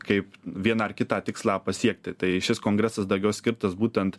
kaip vieną ar kitą tikslą pasiekti tai šis kongresas daugiau skirtas būtent